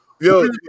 Yo